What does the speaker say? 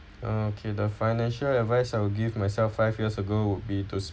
uh okay the financial advice I will give myself five years ago would be to